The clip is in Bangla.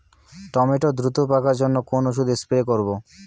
টমেটো দ্রুত পাকার জন্য কোন ওষুধ স্প্রে করব?